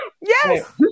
yes